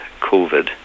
covid